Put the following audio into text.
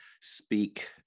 speak